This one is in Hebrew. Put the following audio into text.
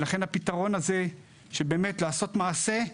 לכן הפתרון הזה של לעשות מעשה,